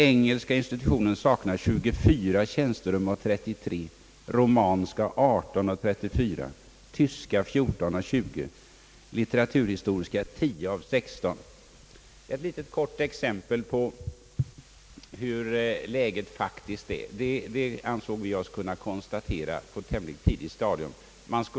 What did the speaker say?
Engelska institutionen saknar 24 tjänsterum av 33, romanska saknar 18 av 34, tyska 14 av 20 och litteraturhistoriska 10 av 16. Det är ett litet exempel på hur läget faktiskt är.